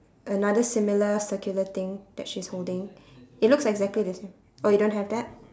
another similar circular thing that she's holding it looks exactly the same oh you don't have that